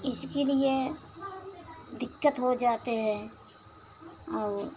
इसके लिए दिक्कत हो जाती है और